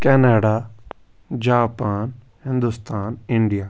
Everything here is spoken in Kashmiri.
Canada Japan Hindustan India